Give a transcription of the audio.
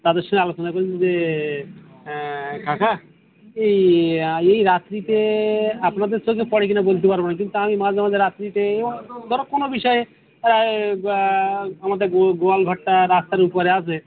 তাদের সঙ্গে আলোচনা করেছি যে হ্যাঁ কাকা এই এই রাত্রিতে আপনাদের চোখে পড়ে কি না বলতে পারব না কিন্তু আমি মাঝে মাঝে রাত্রিতে ধরো কোনো বিষয়ে আমাদের গো গোয়াল ঘরটা রাস্তার উপরে আছে